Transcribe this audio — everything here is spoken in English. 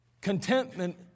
contentment